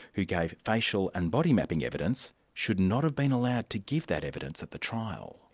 who gave facial and body mapping evidence, should not have been allowed to give that evidence at the trial.